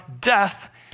death